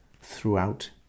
throughout